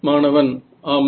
மாணவன் ஆமாம்